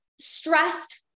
stressed